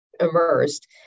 immersed